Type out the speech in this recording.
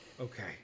Okay